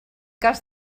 cas